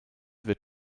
wird